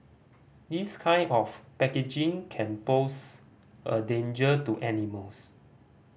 this kind of packaging can pose a danger to animals